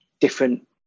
different